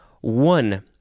One